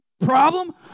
problem